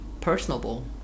personable